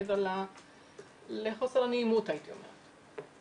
מעבר לחוסר הנעימות הייתי אומרת.